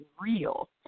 real